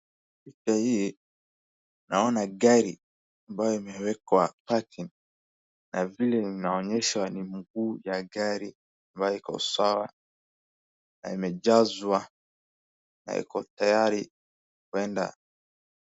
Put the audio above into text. Picha hii naona gari ambayo imewekwa parking na vile inaonyeshwa ni mguu ya gari ambayo iko sawa, na imejazwa na iko tayari kuenda.